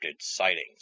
sightings